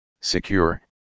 secure